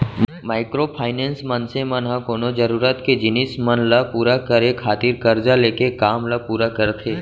micro finance, मनसे मन ह कोनो जरुरत के जिनिस मन ल पुरा करे खातिर करजा लेके काम ल पुरा करथे